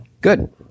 Good